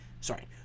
Sorry